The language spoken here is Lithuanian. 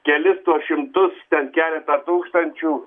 kelis šimtus ten keletą tūkstančių